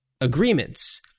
agreements